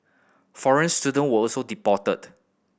foreign student were also deported